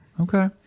Okay